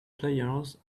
players